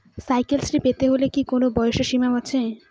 Cycle Shri পেতে হলে কি কোনো বয়সের সীমা আছে?